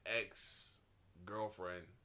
ex-girlfriend